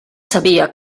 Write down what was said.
sabia